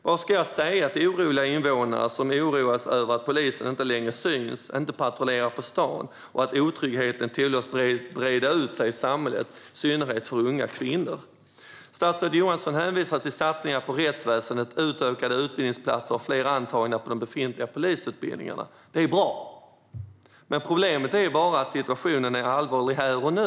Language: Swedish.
Vad ska jag säga till oroliga invånare, som oroas över att polisen inte längre syns och inte patrullerar på stan och att otryggheten tillåts breda ut sig i samhället, i synnerhet för unga kvinnor? Statsrådet Johansson hänvisar till satsningar på rättsväsendet, utökat antal utbildningsplatser och fler antagna på de befintliga polisutbildningarna. Det är bra. Problemet är bara att situationen är allvarlig här och nu.